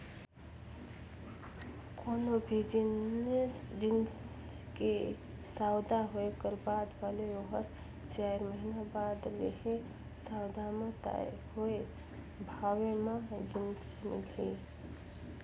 कोनो भी जिनिस के सउदा होए कर बाद भले ओहर चाएर महिना बाद लेहे, सउदा म तय होए भावे म जिनिस मिलही